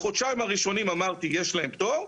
בחודשיים הראשונים, אמרתי, יש להם פטור.